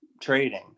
trading